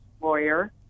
lawyer